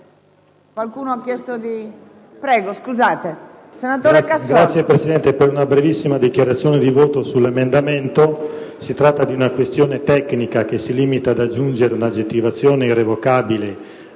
Signora Presidente, intervengo brevemente in dichiarazione di voto sull'emendamento. Si tratta di una questione tecnica che si limita ad aggiungere l'aggettivo "irrevocabile"